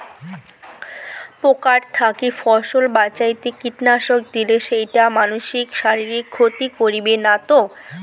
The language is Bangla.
পোকার থাকি ফসল বাঁচাইতে কীটনাশক দিলে সেইটা মানসির শারীরিক ক্ষতি করিবে না তো?